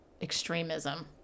extremism